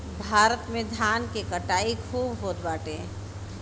भारत में धान के कटाई खूब होत बाटे